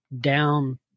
down